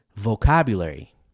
vocabulary